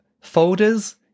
folders